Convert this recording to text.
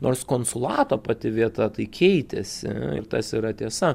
nors konsulato pati vieta tai keitėsi ir tas yra tiesa